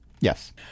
Yes